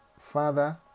Father